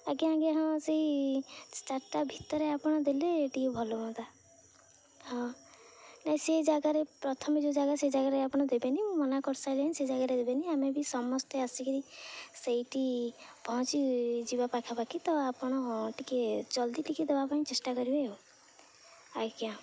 ଆଜ୍ଞା ଆଜ୍ଞା ହଁ ସେଇ ଚାରିଟା ଭିତରେ ଆପଣ ଦେଲେ ଟିକେ ଭଲ ହୁଅନ୍ତା ହଁ ନାଇଁ ସେଇ ଜାଗାରେ ପ୍ରଥମେ ଯେଉଁ ଜାଗା ସେ ଜାଗାରେ ଆପଣ ଦେବେନି ମୁଁ ମନା କରିସାରିଲିଣି ସେ ଜାଗାରେ ଦେବେନି ଆମେ ବି ସମସ୍ତେ ଆସିକିରି ସେଇଠି ପହଞ୍ଚି ଯିବା ପାଖାପାଖି ତ ଆପଣ ଟିକେ ଜଲ୍ଦି ଟିକେ ଦେବା ପାଇଁ ଚେଷ୍ଟା କରିବେ ଆଉ ଆଜ୍ଞା